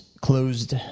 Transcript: closed